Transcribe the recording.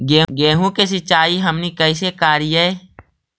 गेहूं के सिंचाई हमनि कैसे कारियय?